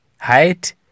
height